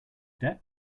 debt